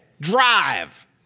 drive